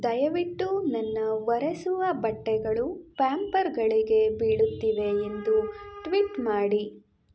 ದಯವಿಟ್ಟು ನನ್ನ ಒರೆಸುವ ಬಟ್ಟೆಗಳು ಪ್ಯಾಂಪರ್ಗಳಿಗೆ ಬೀಳುತ್ತಿವೆ ಎಂದು ಟ್ವಿಟ್ ಮಾಡಿ